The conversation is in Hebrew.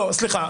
סליחה,